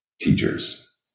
teachers